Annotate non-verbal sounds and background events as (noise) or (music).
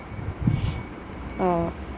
(noise) uh